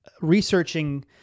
researching